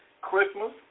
Christmas